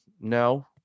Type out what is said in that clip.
no